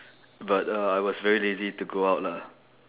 but uh I was very lazy to go out lah